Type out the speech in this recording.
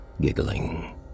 giggling